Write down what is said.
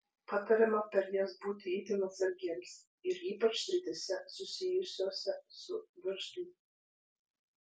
patariama per jas būti itin atsargiems ir ypač srityse susijusiose su verslu